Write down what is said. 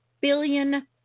billion